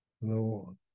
Lord